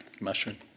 Mushroom